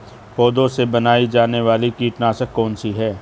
पौधों से बनाई जाने वाली कीटनाशक कौन सी है?